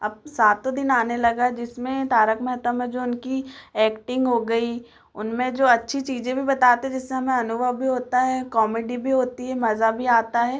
up सातों दिन आने लगा है जिसमें तारक मेहता में जो उनकी ऐक्टिंग हो गई उनमें जो अच्छी चीज़ें भी बताते जिसमें हमें अनुभव भी होता है कॉमेडी भी होती है मज़ा भी आता है